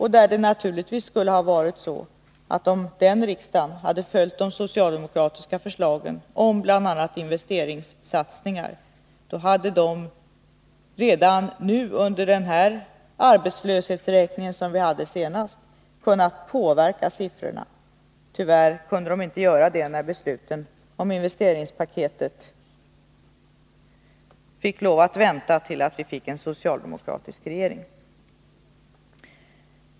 Hade riksdagen den gången stött de socialdemokratiska förslagen om bl.a. investeringssatsningar, hade det naturligtvis påverkat siffrorna redan vid den här arbetslöshetsräkningen. Tyvärr har detta inte kunnat bli fallet, då besluten om investeringspaketet kunde fattas först sedan det blivit en socialdemokratisk regering.